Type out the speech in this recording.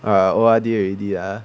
ah O_R_D already ah